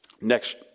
Next